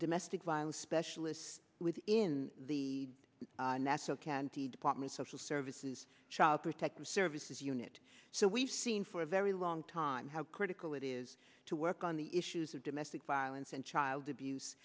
domestic violence specialist within the net so candy department social services child protective services unit so we've seen for a very long time how critical it is to work on the issues of domestic violence and child abuse